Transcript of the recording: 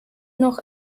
noch